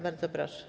Bardzo proszę.